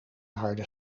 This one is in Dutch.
harde